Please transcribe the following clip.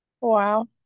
Wow